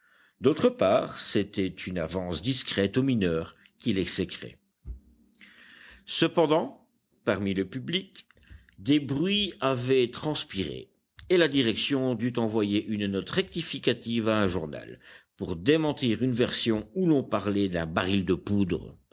d'autre part c'était une avance discrète aux mineurs qui l'exécraient cependant parmi le public des bruits avaient transpiré et la direction dut envoyer une note rectificative à un journal pour démentir une version où l'on parlait d'un baril de poudre